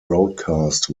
broadcast